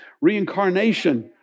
reincarnation